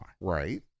Right